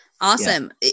Awesome